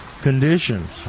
conditions